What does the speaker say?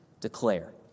declare